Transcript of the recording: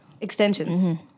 Extensions